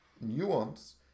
nuance